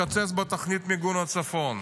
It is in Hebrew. מקצץ בתוכנית מיגון הצפון.